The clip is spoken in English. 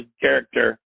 character